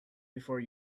before